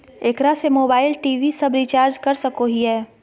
एकरा से mobile TV सब रिचार्ज कर सको हियै की?